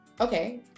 Okay